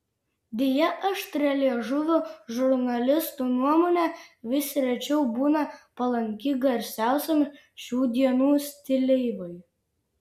deja aštrialiežuvių žurnalistų nuomonė vis rečiau būna palanki garsiausiam šių dienų stileivai